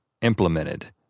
implemented